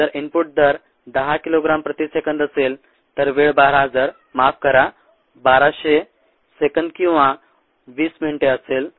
जर इनपुट दर 10 किलोग्राम प्रति सेकंद असेल तर वेळ 12000 माफ करा 1200 सेकंद किंवा 20 मिनिटे असेल